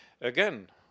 Again